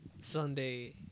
Sunday